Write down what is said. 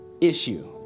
issue